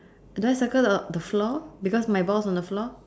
do I circle the the floor because my ball's on the floor